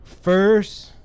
first